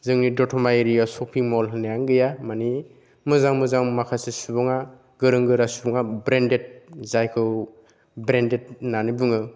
जोंनि दतमा area shopping mall होननायानो गैया माने मोजां मोजां माखासे सुबुङा गोरों गोरा सुबुङा ब्रेन्डेड जायखौ ब्रेन्डेड होननानै बुङो